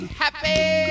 happy